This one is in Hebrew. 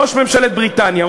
ראש ממשלת בריטניה,